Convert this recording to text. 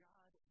God